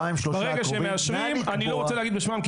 אני לא רוצה לדבר בשמם,